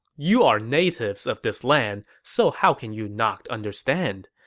you are natives of this land, so how can you not understand?